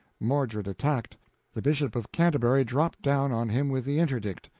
mordred attacked the bishop of canterbury dropped down on him with the interdict.